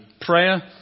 prayer